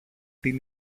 την